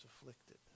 afflicted